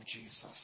Jesus